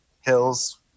Hills